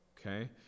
Okay